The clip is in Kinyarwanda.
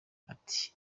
ati